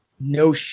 no